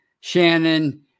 Shannon